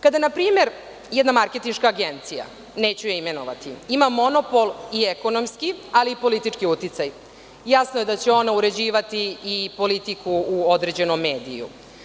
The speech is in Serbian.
Kada, na primer, jedna marketinška agencija, neću je imenovati, ima monopol i ekonomski, ali politički uticaj, jasno je da će ona uređivati i politiku u određenom mediju.